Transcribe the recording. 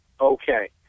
okay